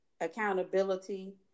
accountability